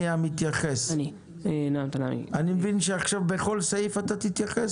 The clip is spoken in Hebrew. אני מבין שעכשיו בכל סעיף תתייחס.